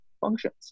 functions